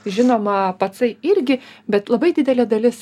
žinoma pacai irgi bet labai didelė dalis